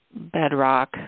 bedrock